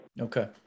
okay